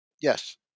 Yes